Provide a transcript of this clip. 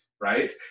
right